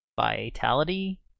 vitality